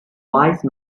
wise